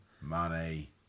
Money